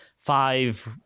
five